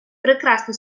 прекрасно